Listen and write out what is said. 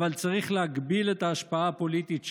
אבל צריך להגביל את ההשפעה הפוליטית שלהם.